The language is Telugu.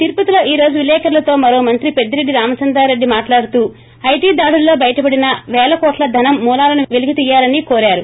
తెరుపతిలో ఈరోజు విలేకరులతో మరొ మంత్రి పెద్దిరెడ్లి రామచంద్రరెడ్లి మాట్లాడుతూ ఐటీ దాడుల్లో బయటపడిన వేల కోట్ల దానం మూలాలను వెలికితీయాలని కోరారు